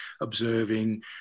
observing